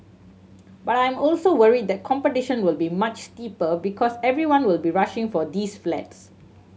but I am also worried that competition will be much steeper because everyone will be rushing for these flats